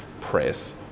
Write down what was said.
press